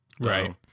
Right